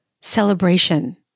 Celebration